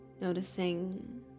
Noticing